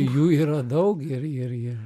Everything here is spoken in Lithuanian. jų yra daug ir ir jie